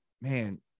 Man